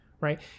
right